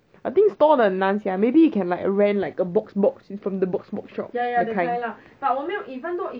I think store 很难 sia maybe you can like rent like a box box from the box box shop that kind lah